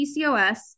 PCOS